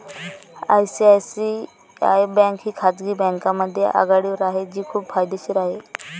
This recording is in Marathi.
आय.सी.आय.सी.आय बँक ही खाजगी बँकांमध्ये आघाडीवर आहे जी खूप फायदेशीर आहे